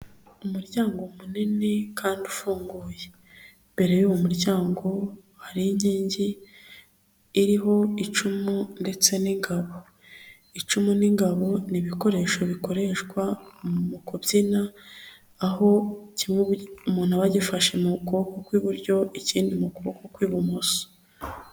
Umuryango munini kandi ufunguye imbere y'uwo muryango hariho inkingi iriho icumu ndetse n'ingabo, icumu n'ingabo ni ibikoresho bikoreshwa mu kubyina aho kimwe umuntu aba agifashe mu kuboko kw'iburyo ikindi mu kuboko kw'ibumoso.